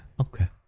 Okay